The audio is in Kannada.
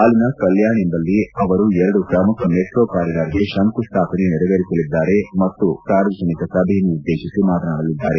ಅಲ್ಲಿನ ಕಲ್ಚಾಣ್ ಎಂಬಲ್ಲಿ ಅವರು ಎರಡು ಪ್ರಮುಖ ಮೆಟ್ರೋ ಕಾರಿಡಾರ್ಗೆ ಶಂಕುಸ್ಟಾಪನೆ ನೆರವೇರಿಸಲಿದ್ದಾರೆ ಮತ್ತು ಸಾರ್ವಜನಿಕ ಸಭೆಯನ್ನು ಉದ್ದೇಶಿಸಿ ಮಾತನಾಡಲಿದ್ದಾರೆ